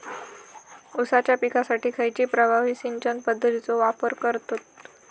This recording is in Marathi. ऊसाच्या पिकासाठी खैयची प्रभावी सिंचन पद्धताचो वापर करतत?